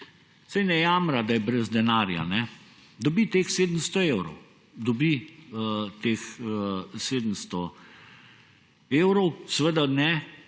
Saj ne jamra, da je brez denarja, dobi teh 700 evrov. Dobi teh